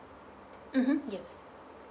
mmhmm yes